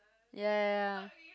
ya ya ya